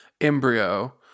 embryo